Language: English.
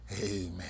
Amen